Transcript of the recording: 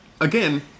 again